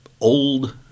old